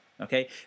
okay